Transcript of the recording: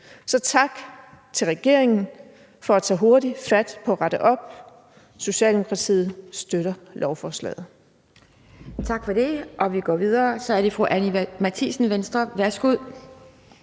Så tak til regeringen for hurtigt at tage fat på at rette op på det. Socialdemokratiet støtter lovforslaget.